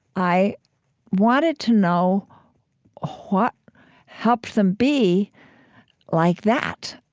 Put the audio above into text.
i wanted to know what helped them be like that.